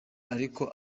ariko